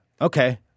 Okay